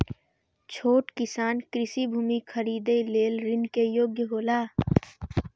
छोट किसान कृषि भूमि खरीदे लेल ऋण के योग्य हौला?